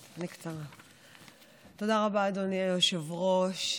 תודה רבה, אדוני היושב-ראש.